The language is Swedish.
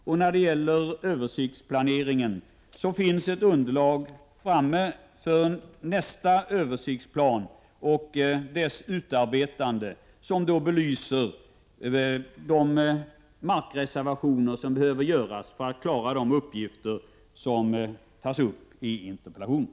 Och när det gäller översiktsplaneringen finns det ett underlag framtaget för nästa översiktsplan och dess utarbetande som belyser de markreservationer som behöver göras för att man skall kunna klara de uppgifter som tas upp i interpellationen.